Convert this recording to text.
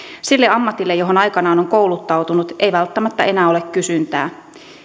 sille ammatille johon aikanaan on kouluttautunut ei välttämättä enää ole kysyntää